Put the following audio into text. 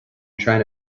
trying